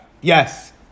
Yes